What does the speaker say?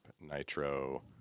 nitro